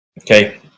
okay